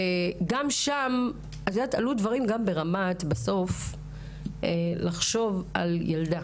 וגם שם עלו דברים כמו לחשוב על ילדה